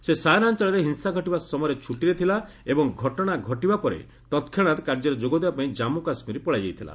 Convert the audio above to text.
ସେ ସାୟନା ଅଞ୍ଚଳରେ ହିଂସା ଘଟିବା ସମୟରେ ଛୁଟିରେ ଥିଲା ଏବଂ ଘଟଣା ଘଟିବା ପରେ ତତ୍କ୍ଷଣାତ କାର୍ଯ୍ୟରେ ଯୋଗଦାନ ପାଇଁ କାଶ୍ମୁ କାଶ୍ମୀର ପଳାଇଯାଇଥିଲା